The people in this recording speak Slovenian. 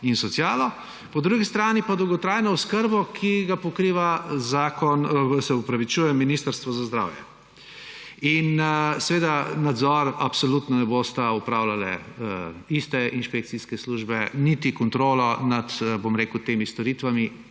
in socialo, po drugi strani pa dolgotrajno oskrbo, ki ga pokriva ministrstvo za zdravje. In seveda nadzora absolutno ne bosta opravljali isti inšpekcijski službi, niti kontrole nad temi storitvami,